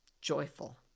joyful